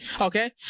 Okay